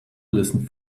listen